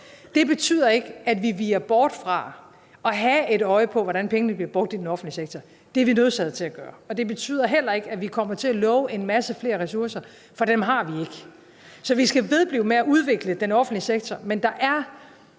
Det betyder ikke, at vi viger bort fra at have et øje på, hvordan pengene bliver brugt i den offentlige sektor; det er vi nødsaget til at gøre. Det betyder heller ikke, at vi kommer til at love en masse flere ressourcer, for dem har vi ikke. Så vi skal vedblive med at udvikle den offentlige sektor. Men der er